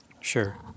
Sure